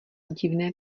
divné